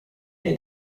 nei